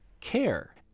care